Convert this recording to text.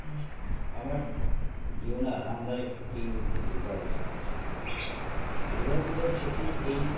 আমার জীবনে আরামদায়ক ছুটি বলতে দুর্গা পূজার ছুটি দুর্গা পূজার ছুটি এই